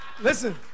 Listen